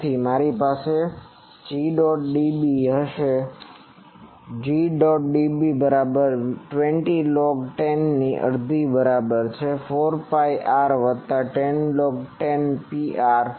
તેથી મારી પાસે Got dB હશે Got dB બરાબર આ 20log10 ની અડધી બરાબર છે 4 pi R વત્તા 10 log10 Pr બાય Pt